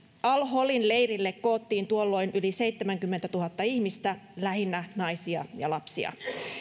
al holin leirille koottiin tuolloin yli seitsemänkymmentätuhatta ihmistä lähinnä naisia ja lapsia